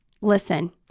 listen